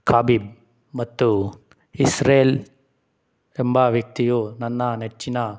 Khabib ಮತ್ತು Israel ಎಂಬ ವ್ಯಕ್ತಿಯು ನನ್ನ ನೆಚ್ಚಿನ